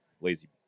lazy